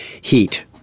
heat